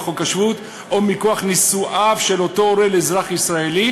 חוק השבות או מכוח נישואיו של אותו הורה לאזרח ישראלי,